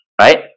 right